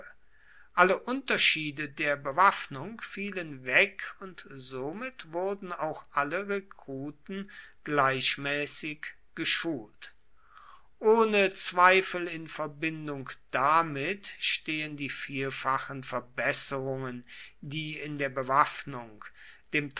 alle unterschiede der bewaffnung fielen weg und somit wurden auch alle rekruten gleichmäßig geschult ohne zweifel in verbindung damit stehen die vielfachen verbesserungen die in der bewaffnung